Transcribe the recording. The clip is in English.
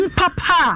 papa